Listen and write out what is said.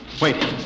Wait